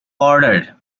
border